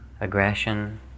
aggression